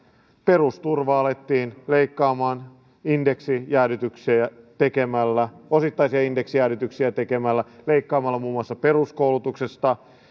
perusturvaa alettiin leikkaamaan indeksijäädytyksiä tekemällä osittaisia indeksijäädytyksiä tekemällä leikkaamalla muun muassa peruskoulutuksesta